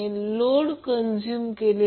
तर QT √3 हे समीकरण 4